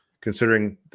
considering